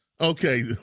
Okay